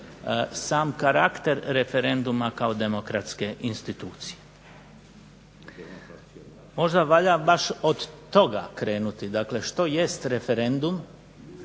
sam karakter referenduma kao demokratske institucije. Možda valja baš od toga krenuti, dakle što jest referendum,